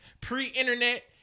Pre-internet